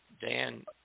Dan